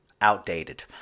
outdated